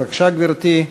בבקשה, גברתי.